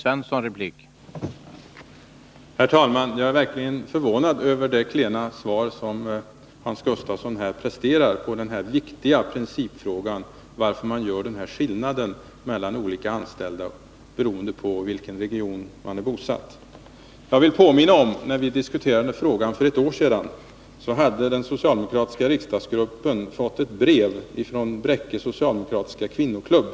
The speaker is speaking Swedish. Herr talman! Jag är verkligen förvånad över det klena svar som Hans Gustafsson presterade i den viktiga principfrågan varför man gör den här skillnaden mellan olika anställda beroende på i vilken region vederbörande är bosatt. Jag vill påminna om, att när vi diskuterade frågan för ett år sedan, hade den socialdemokratiska riksdagsgruppen fått ett brev från Bräcke socialdemokratiska kvinnoklubb.